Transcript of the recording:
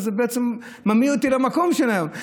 אז זה בעצם מעמיד אותי במקום שלהם,